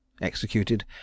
executed